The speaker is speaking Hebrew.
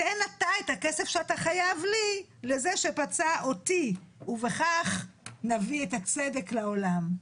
תן אתה את הכסף שאתה חייב לי לזה שפצע אותי ובכך נביא את הצדק לעולם'.